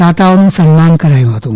દાતાઓનું સન્માન કરાયું હતું